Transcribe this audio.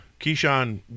Keyshawn